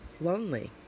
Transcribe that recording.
lonely